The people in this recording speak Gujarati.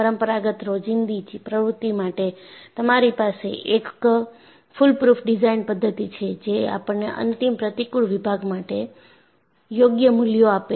પરમપરાગત રોજિંદી પ્રવૃત્તિઓ માટે તમારી પાસે એક ફૂલપ્રૂફ ડિઝાઇન પદ્ધતિ છે જે આપણને અંતિમ પ્રતિકુળ વિભાગ માટે યોગ્ય મૂલ્યો આપે